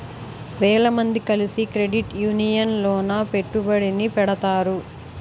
వేల మంది కలిసి క్రెడిట్ యూనియన్ లోన పెట్టుబడిని పెడతారు